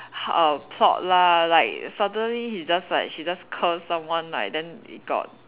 uh plot lah like suddenly he just like she just curse someone like then it got